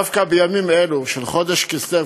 דווקא בימים אלו של חודש כסלו,